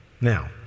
Now